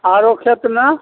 आरो खेतमे